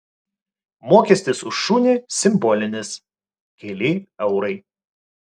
mokestis už šunį simbolinis keli eurai